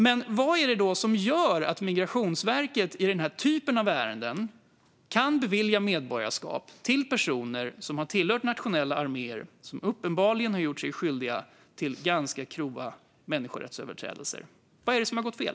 Men vad är det då som gör att Migrationsverket i den här typen av ärenden kan bevilja medborgarskap till personer som har tillhört nationella arméer vilka uppenbarligen har gjort sig skyldiga till ganska grova människorättsöverträdelser? Vad är det som har gått fel?